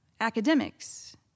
academics